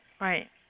Right